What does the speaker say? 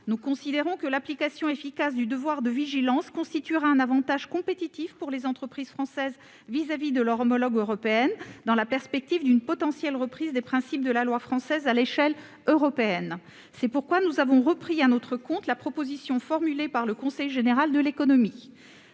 Nous considérons que l'application efficace du devoir de vigilance constituera un avantage compétitif pour les entreprises françaises vis-à-vis de leurs homologues européennes, dans la perspective d'une potentielle reprise des principes de la loi française à l'échelle européenne. C'est la raison pour laquelle nous avons repris à notre compte la proposition formulée par le Conseil général de l'économie.